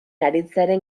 aritzearen